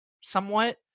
somewhat